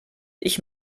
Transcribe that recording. ich